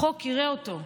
החוק יראה אותו.